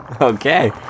Okay